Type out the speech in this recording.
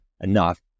enough